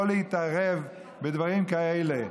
לא להתערב בדברים כאלה.